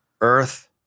earth